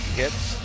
hits